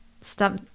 stop